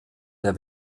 der